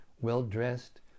well-dressed